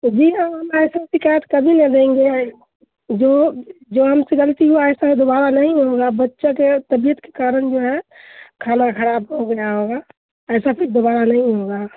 تو جی ہاں ہم ایسا شکایت کبھی نہ دیں گے جو جو ہم سے غلطی ہوا ایسا دوبارہ نہیں ہوگا بچہ کے طبیعت کے کارن جو ہے کھانا خراب ہو گیا ہوگا ایسا پھر دوبارہ نہیں ہوگا